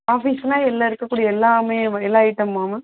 ஆஃபீஸுக்குன்னா இதில் இருக்கக்கூடிய எல்லாமே வ எல்லா ஐட்டமுமா மேம்